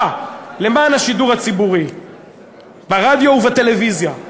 למען השידור הציבורי ברדיו ובטלוויזיה,